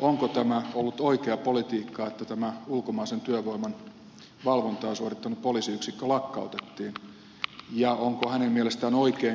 onko tämä ollut oikeaa politiikkaa että tämä ulkomaisen työvoiman valvontaa suorittanut poliisiyksikkö lakkautettiin ja onko hänen mielestään oikein